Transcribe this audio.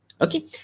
Okay